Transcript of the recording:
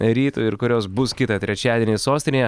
rytui ir kurios bus kitą trečiadienį sostinėje